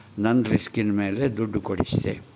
ನನ್ನ ರಿಸ್ಕಿನ ಮೇಲೆ ದುಡ್ಡು ಕೊಡಿಸಿದೆ